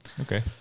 Okay